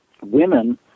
Women